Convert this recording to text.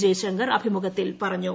ജയ്ശങ്കർ അഭിമുഖത്തിൽ പറഞ്ഞു